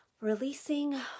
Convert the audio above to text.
Releasing